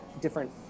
different